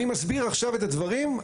אבל אני מסביר עכשיו את הדברים,